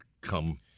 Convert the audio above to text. come